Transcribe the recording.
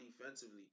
defensively